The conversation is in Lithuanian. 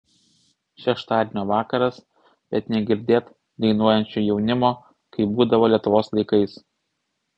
šeštadienio vakaras bet negirdėt dainuojančio jaunimo kaip būdavo lietuvos laikais